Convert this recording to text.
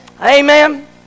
Amen